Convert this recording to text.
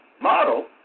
model